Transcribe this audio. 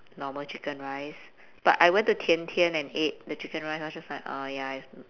normal chicken rice but I went to tian tian and ate the chicken rice I was just like uh ya it's